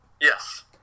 Yes